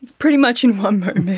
pretty much in one moment.